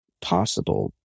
possible